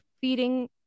feeding